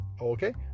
okay